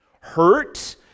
hurt